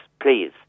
please